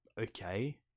okay